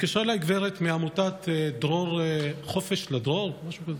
התקשרה אליי גברת מעמותת דרור, משהו כזה,